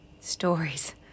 Stories